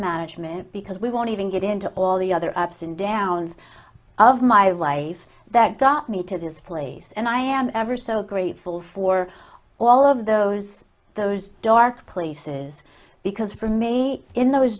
management because we won't even get into all the other ups and downs of my life that got me to this place and i am ever so grateful for all of those those dark places because for me in those